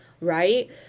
right